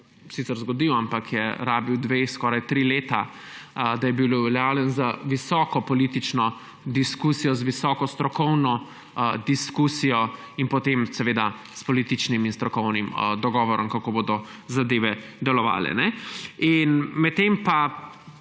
sicer zgodil, ampak je rabil dve, skoraj tri leta, da je bil uveljavljen z visoko politično diskusijo, z visoko strokovno diskusijo in potem s političnim in strokovnim dogovorom, kako bodo zadeve delovale. Medtem pa,